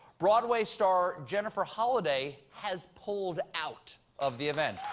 broadway store jennifer holliday has pulled out of the event.